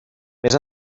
més